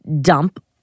dump